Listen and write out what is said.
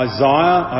Isaiah